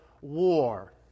war